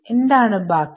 എന്താണ് ബാക്കി